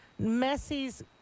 Messi's